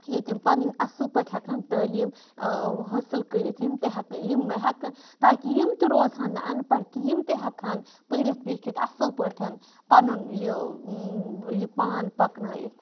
ییٚتہِ یِم پَنٕنۍ اصل پٲٹھۍ ہیٚکہَن تعلیٖم حٲصل کٔرِتھ یِم تہِ ہیٚکَن یِم ہیٚکَن تاکہِ یِم تہِ روزہَن نہٕ اَن پَڑھ کینٛہہ یِم تہِ ہیٚکہَن پٔرِتھ لیٚکھِتھ اصل پٲٹھۍ پَنُن یہِ یہِ پان پَکنٲیِتھ